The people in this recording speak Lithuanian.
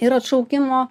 ir atšaukimo